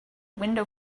window